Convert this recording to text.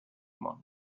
món